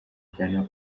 ghana